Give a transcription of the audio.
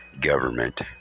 government